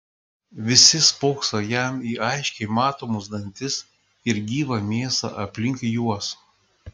visi spokso jam į aiškiai matomus dantis ir gyvą mėsą aplink juos